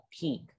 peak